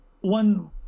one